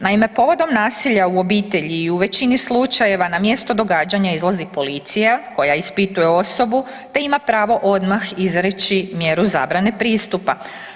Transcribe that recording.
Naime, povodom nasilja u obitelji i u većini slučajeva na mjesto događanja izlazi policija koja ispituje osobu te ima pravo odmah izreći mjeru zabrane pristupa.